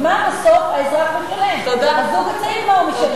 מה בסוף האזרח משלם, הזוג הצעיר, מה הוא משלם?